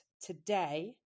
today